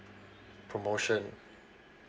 promotion